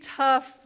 tough